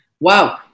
Wow